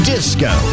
Disco